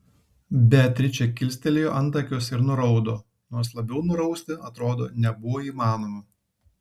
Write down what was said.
beatričė kilstelėjo antakius ir nuraudo nors labiau nurausti atrodo nebuvo įmanoma